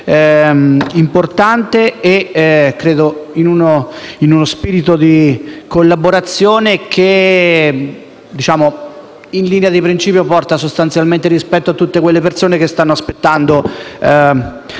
importante, in uno spirito di collaborazione che, in linea di principio, porta rispetto a tutte quelle persone che stanno aspettando